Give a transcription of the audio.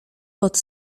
pot